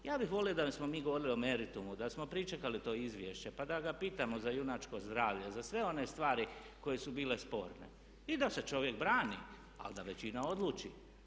Ja bih volio da smo mi govorili o meritumu, da smo pričekali to izvješće, pa da ga pitamo za junačko zdravlje, za sve one stvari koje su bile sporne i da se čovjek brani ali da većina odluči.